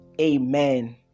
Amen